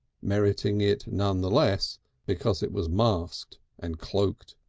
meriting it none the less because it was masked and cloaked.